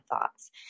thoughts